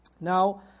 Now